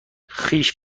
خویش